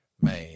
man